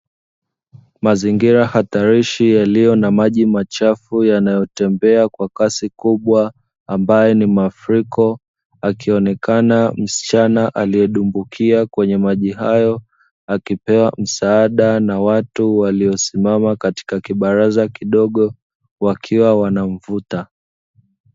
Mazingira hatarishi yaliyo na maji machafu yanayotembea kwa kasi kubwa, ambayo ni mafuriko, akionekana msichana aliyedumbukia kwenye maji hayo, akipewa msaada na watu waliosimama katika kibaraza kidogo wakiwa wanamvuta.